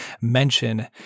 mention